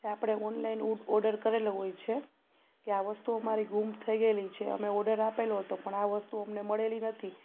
જે આપણે ઓનલાઇન ઉ ઉ ઓડર કરેલો હોય છે કે આ વસ્તુ અમારી ગુમ થઈ ગયેલી છે અમે ઓર્ડર આપેલો હતો પણ આ વસ્તુ અમને મળેલી નથી